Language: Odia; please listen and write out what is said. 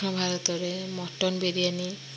ଦକ୍ଷିଣ ଭାରତରେ ମଟନ୍ ବିରୀୟାନି